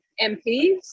mps